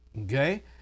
okay